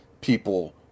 people